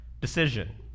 decision